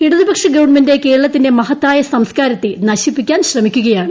ഇടതുപക്ഷ ഗവൺമെന്റ് കേരളത്തിന്റെ മഹത്തായ സംസ്കാരത്തെ നശിപ്പിക്കാൻ ശ്രമിക്കുകയാണ്